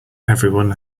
everyone